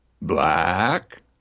Black